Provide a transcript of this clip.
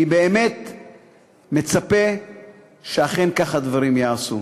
אני באמת מצפה שאכן כך הדברים ייעשו.